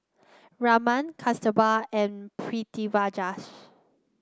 Raman Kasturba and Pritiviraj